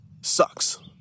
sucks